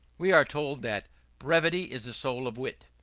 we are told that brevity is the soul of wit.